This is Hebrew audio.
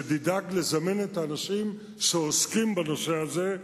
שתדאג לזמן את האנשים שעוסקים בנושא הזה,